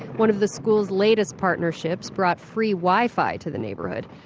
one of the school's latest partnerships brought free wifi to the neighborhood.